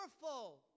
powerful